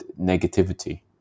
negativity